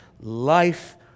life